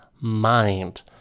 mind